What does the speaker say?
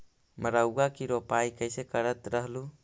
मड़उआ की रोपाई कैसे करत रहलू?